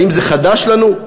האם זה חדש לנו?